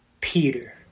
Peter